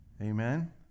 Amen